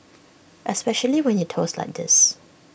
especially when you toss like this